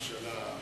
הבאה: